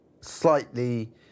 slightly